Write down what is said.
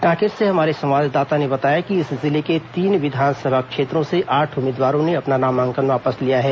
कांकेर से हमारे संवाददाता ने बताया कि इस जिले के तीन विधानसभा क्षेत्रों से आठ उम्मीदवारों ने अपना नामांकन वापस लिया है